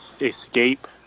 Escape